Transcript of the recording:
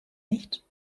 nicht